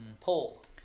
Paul